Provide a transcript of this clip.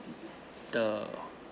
the